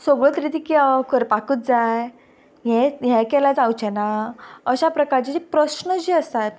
सगल्यो कृती करपाकूच जाय हें हें केल्यार जावचें ना अशा प्रकारची जे प्रश्न जे आसात ते